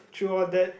through all that